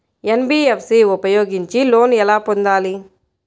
NBFC ఉపయోగించి loan ఎలా పొందాలి?